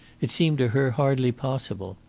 it seemed to her hardly possible.